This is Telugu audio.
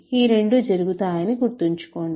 ఈ రెండూ జరుగుతాయని గుర్తుంచుకోండి